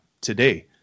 today